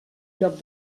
lloc